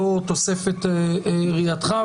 תוסף את ראייתך,